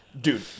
Dude